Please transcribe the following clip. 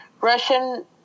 Russian